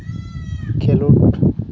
ᱠᱷᱮᱸᱞᱳᱰ